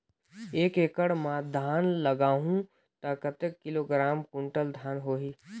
एक एकड़ मां धान लगाहु ता कतेक किलोग्राम कुंटल धान होही?